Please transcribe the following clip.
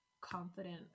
confident